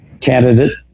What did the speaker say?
candidate